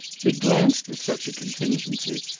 he glanced at such a contingency,